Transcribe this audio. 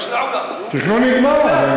התכנון נגמר.